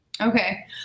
Okay